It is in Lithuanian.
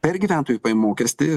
per gyventojų pajamų mokestį